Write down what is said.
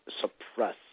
suppress